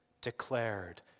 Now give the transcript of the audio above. declared